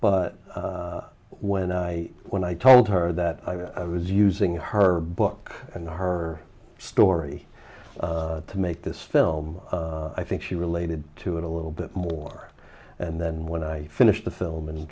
when i when i told her that i was using her book and her story to make this film i think she related to it a little bit more and then when i finished the film and